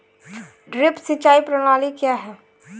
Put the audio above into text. Drip सिंचाई प्रणाली क्या है?